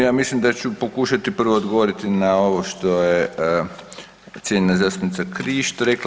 Ja mislim da ću pokušati prvo odgovoriti na ovo što je cijenjena zastupnica Krišto rekla.